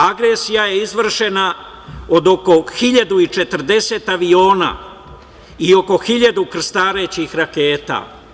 Agresija je izvršena od oko 1.040 aviona i oko 1.000 krstarećih raketa.